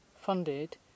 funded